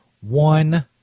one